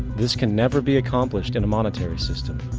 this can never be accomplished in a monetary system,